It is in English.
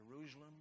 Jerusalem